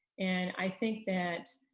and i think that